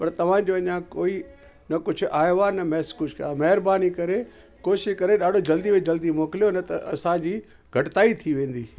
पर तव्हांजो अञा कोई न कुझु आहियो आहे न मैसेज कुझु आहे महिरबानी करे कोशिश करे ॾाढो जल्दी में जल्दी मोकिलियो न त असांजी घटिताई थी वेंदी